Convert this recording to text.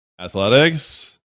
Athletics